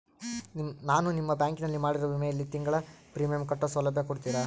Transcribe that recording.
ನಾನು ನಿಮ್ಮ ಬ್ಯಾಂಕಿನಲ್ಲಿ ಮಾಡಿರೋ ವಿಮೆಯಲ್ಲಿ ತಿಂಗಳ ಪ್ರೇಮಿಯಂ ಕಟ್ಟೋ ಸೌಲಭ್ಯ ಕೊಡ್ತೇರಾ?